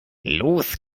los